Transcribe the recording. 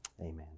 Amen